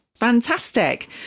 Fantastic